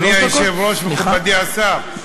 אדוני היושב-ראש, מכובדי השר,